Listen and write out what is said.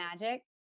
magic